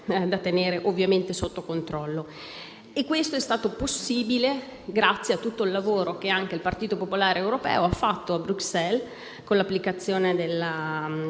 grazie a tutto